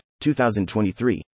2023